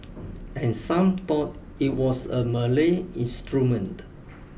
and some thought it was a Malay instrument